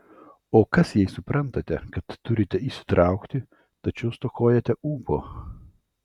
o kas jei suprantate kad turite įsitraukti tačiau stokojate ūpo